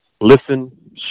listen